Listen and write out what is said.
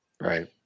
Right